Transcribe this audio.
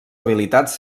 habilitats